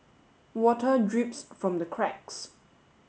water drips from the cracks